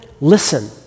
listen